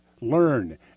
learn